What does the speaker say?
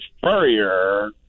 furrier